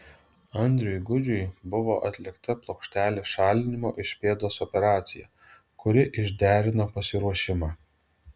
andriui gudžiui buvo atlikta plokštelės šalinimo iš pėdos operacija kuri išderino pasiruošimą